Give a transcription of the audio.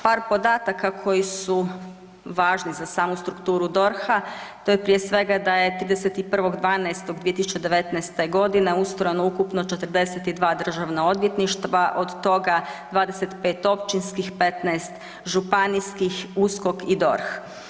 Par podataka koji su važni za samu strukturu DORH-a, to je prije svega da je 31.12.2019.g. ustrojeno ukupno 42 državna odvjetništva od toga 25 općinskih, 15 županijskih, USKOK i DORH.